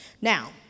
Now